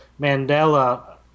Mandela